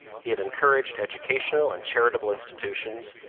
he had encouraged educational and charitable institutions,